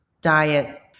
diet